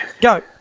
Go